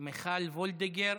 מיכל וולדיגר,